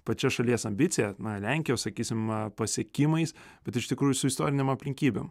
pačia šalies ambicija na lenkijos sakysim pasiekimais bet iš tikrųjų su istorinėm aplinkybėm